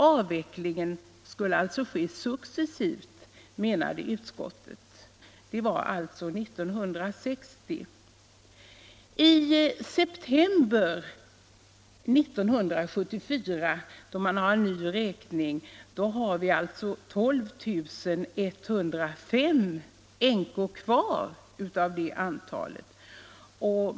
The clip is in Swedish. Avvecklingen av inkomstprövningen skulle ske successivt. Detta framhöll utskottet 1960. I september 1974, då det företogs en ny räkning, fanns det 12 105 änkor kvar av det ursprungliga antalet.